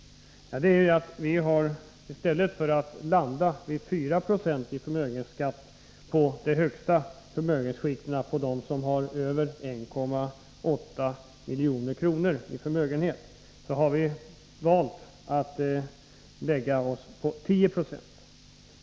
Vad vi har gjort är att i stället för att landa vid 4 20 förmögenhetsskatt för de högsta förmögenhetsskikten, de som har över 1,8 milj.kr. i förmögenhet, välja att lägga oss på 10 90.